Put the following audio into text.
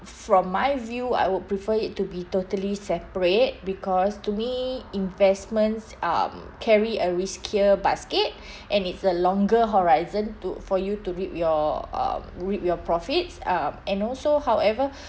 f~ from my view I would prefer it to be totally separate because to me investments um carry a riskier basket and it's a longer horizon to for you to reap your um reap your profits um and also however